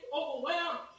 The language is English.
overwhelmed